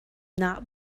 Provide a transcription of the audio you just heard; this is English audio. not